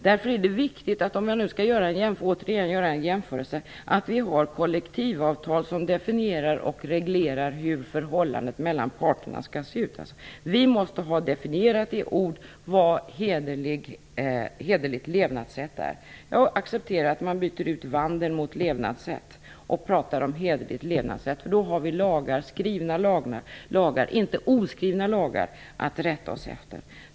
Det är därför viktigt, om jag nu återigen skall göra en jämförelse, att vi har kollektivavtal som definierar och reglerar hur förhållandet mellan parterna skall se ut. Vi måste ha definierat i ord vad "hederligt levnadssätt" är. Jag accepterar att man byter ut "vandel" mot "levnadssätt" och pratar om "hederligt levnadssätt", för då har vi skrivna och inte oskrivna lagar att rätta oss efter.